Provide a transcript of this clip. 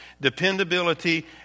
Dependability